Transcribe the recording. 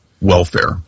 welfare